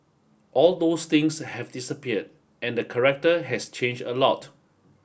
all those things have disappeared and the character has changed a lot